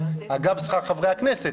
אגב שכר חברי הכנסת,